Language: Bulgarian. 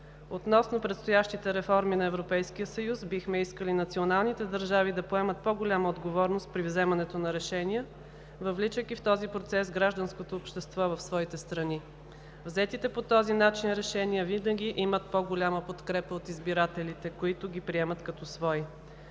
Относно предстоящите реформи на Европейския съюз бихме искали националните държави да поемат по-голяма отговорност при вземането на решения, въвличайки в този процес гражданското общество в своите страни. Взетите по този начин решения винаги имат по-голяма подкрепа от избирателите, които ги приемат като свои.